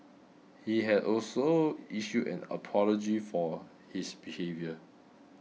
he has also issued an apology for his behaviour